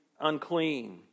unclean